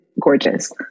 gorgeous